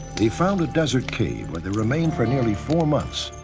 they found a desert cave where they remained for nearly four months.